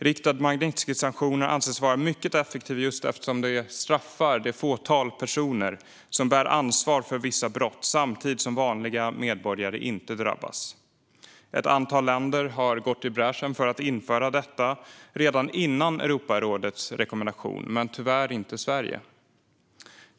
Riktade Magnitskijsanktioner anses vara mycket effektiva just eftersom de straffar det fåtal personer som bär ansvar för vissa brott samtidigt som vanliga medborgare inte drabbas. Ett antal länder har gått i bräschen och genomfört detta redan före Europarådets rekommendation. Men Sverige har tyvärr inte gjort det.